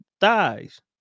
thighs